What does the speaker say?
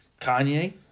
Kanye